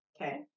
Okay